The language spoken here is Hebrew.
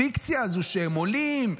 הפיקציה הזאת שהם עולים,